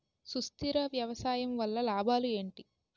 సుస్థిర వ్యవసాయం వల్ల లాభాలు ఏంటి?